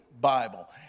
Bible